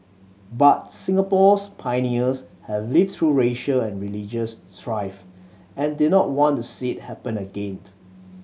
but Singapore's pioneers had lived through racial and religious strife and did not want to see it happen again